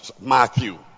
Matthew